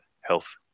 health